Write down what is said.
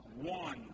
One